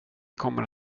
kommer